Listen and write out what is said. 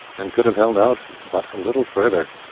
and could have held out but little further.